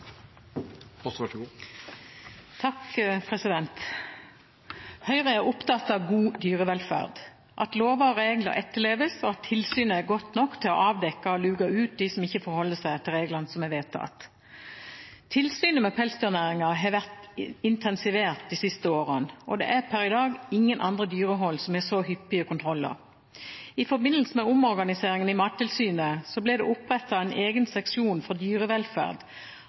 godt nok til å avdekke og luke ut dem som ikke forholder seg til reglene som er vedtatt. Tilsynet med pelsdyrnæringen har vært intensivert de siste årene, og det er per i dag ingen andre dyrehold som har så hyppige kontroller. I forbindelse med omorganiseringen i Mattilsynet ble det opprettet en egen seksjon for dyrevelferd.